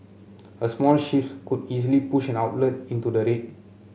a small shift could easily push an outlet into the red